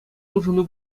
улшӑну